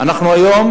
אנחנו היום